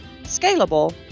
scalable